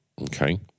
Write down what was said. Okay